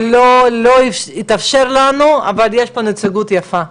לא יתאפשר לנו לעשות את זה, אבל יש פה נציגות יפה.